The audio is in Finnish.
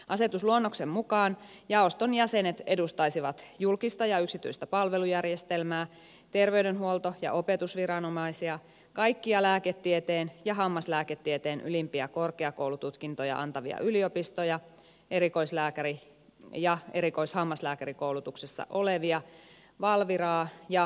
asetusluonnoksen mukaan jaoston jäsenet edustaisivat julkista ja yksityistä palvelujärjestelmää terveydenhuolto ja opetusviranomaisia kaikkia lääketieteen ja hammaslääketieteen ylimpiä korkeakoulututkintoja antavia yliopistoja erikoislääkäri ja erikoishammaslääkärikoulutuksessa olevia valviraa ja muita sidosryhmiä